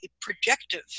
projective